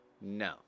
No